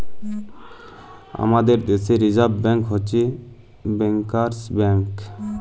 আমাদের দ্যাশে reserve bank হছে ব্যাংকার্স ব্যাংক